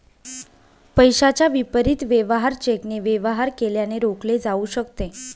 पैशाच्या विपरीत वेवहार चेकने वेवहार केल्याने रोखले जाऊ शकते